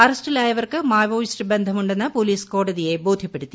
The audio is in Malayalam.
അറസ്റ്റിലായവർക്ക് മാവോയിസ്റ്റ് ബന്ധമുടെ ന്ന് പോലീസ് കോടതിയെ ബോധ്യപ്പെടുത്തി